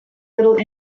little